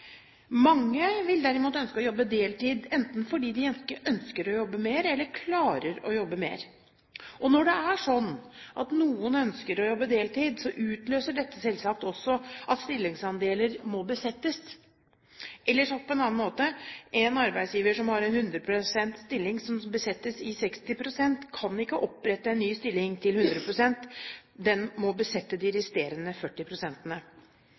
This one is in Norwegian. Mange vil derimot ønske å jobbe deltid, enten fordi de ikke ønsker å jobbe mer eller ikke klarer å jobbe mer. Og når det er sånn at noen ønsker å jobbe deltid, utløser dette selvsagt også at stillingsandeler må besettes. Eller sagt på en annen måte: En arbeidsgiver som har en 100 pst. stilling som besettes i 60 pst., kan ikke opprette en ny stilling til 100 pst. Den må besette de resterende 40